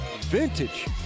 Vintage